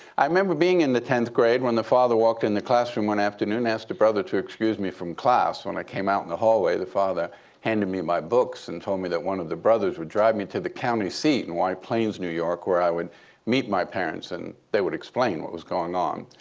i remember being in the tenth grade when the father walked in the classroom one afternoon, asked a brother to excuse me from class. when i came out in the hallway, the father handed me my books and told me that one of the brothers would drive me to the county seat in white plains, new york where i would meet my parents, and they would explain what was going on.